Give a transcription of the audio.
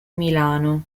milano